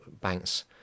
banks